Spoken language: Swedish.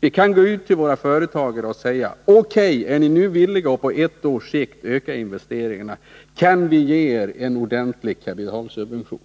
Vi kan gå ut till våra företagare och säga: OK, är ni nu villiga att på ett års sikt öka investeringarna, kan vi ge er en ordentlig kapitalsubvention.